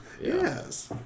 Yes